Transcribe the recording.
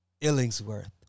Illingsworth